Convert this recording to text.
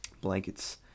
blankets